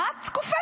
מה את קופצת?